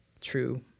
true